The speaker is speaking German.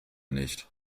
nicht